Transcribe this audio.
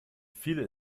viele